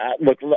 look